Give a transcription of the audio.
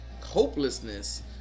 hopelessness